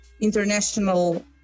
International